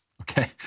okay